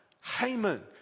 Haman